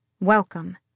Welcome